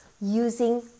using